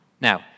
Now